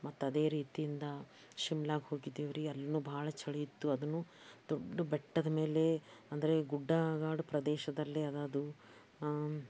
ಮತ್ತು ಅದೇ ರೀತಿಯಿಂದ ಶಿಮ್ಲಾಗೆ ಹೋಗಿದ್ದೇವು ರೀ ಅಲ್ಲಿಯೂ ಭಾಳ ಚಳಿ ಇತ್ತು ಅದೂ ದೊಡ್ಡ ಬೆಟ್ಟದ ಮೇಲೆ ಅಂದರೆ ಗುಡ್ಡಗಾಡು ಪ್ರದೇಶದಲ್ಲೇ ಅದ ಅದು